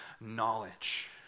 knowledge